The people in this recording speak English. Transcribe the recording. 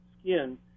skin